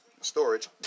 storage